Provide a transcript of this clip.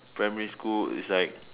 primary school it's like